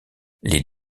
les